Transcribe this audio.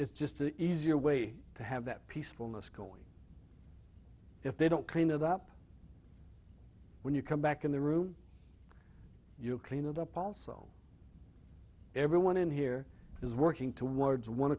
it's just an easier way to have that peacefulness going if they don't clean it up when you come back in the room you clean it up also everyone in here is working towards one